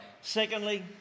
Secondly